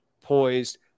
poised